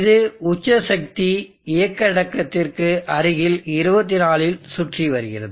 இது உச்ச சக்தி இயக்க இடத்திற்கு அருகில் 24 இல் சுற்றி வருகிறது